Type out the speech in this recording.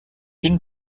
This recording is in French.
une